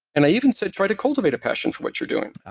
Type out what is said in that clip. and i even said, try to cultivate a passion for what you're doing ah,